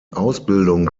ausbildung